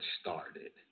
started